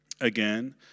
again